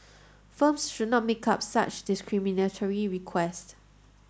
firms should not make up such discriminatory requests